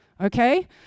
Okay